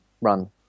run